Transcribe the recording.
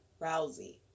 Rousey